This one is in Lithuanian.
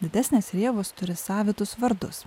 didesnės rėvos turi savitus vardus